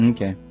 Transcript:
Okay